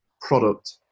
product